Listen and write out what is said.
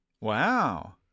Wow